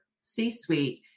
C-suite